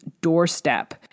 doorstep